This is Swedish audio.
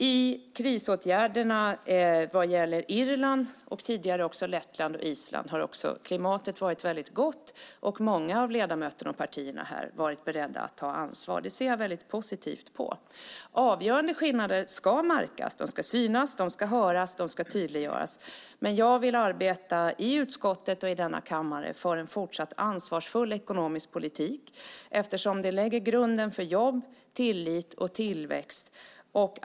I krisåtgärderna vad gäller Irland och tidigare Lettland och Island har också klimatet varit gott. Många av ledamöterna och partierna har varit beredda att ta ansvar. Det ser jag positivt på. Avgörande skillnader ska märkas. De ska synas, de ska höras och de ska tydliggöras. Men jag vill arbeta i utskottet och i denna kammare för en fortsatt ansvarsfull ekonomisk politik eftersom det lägger grunden för jobb, tillit och tillväxt.